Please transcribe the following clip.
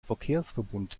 verkehrsverbund